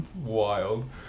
Wild